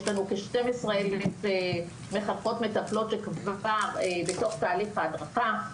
יש לנו כ-12,000 מחנכות ומטפלות שכבר נמצאות בתוך תהליך ההדרכה.